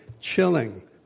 chilling